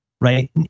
right